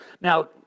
Now